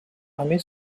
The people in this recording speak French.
armée